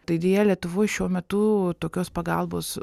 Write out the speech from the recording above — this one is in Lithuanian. tai deja lietuvoj šiuo metu tokios pagalbos